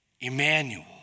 Emmanuel